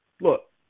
look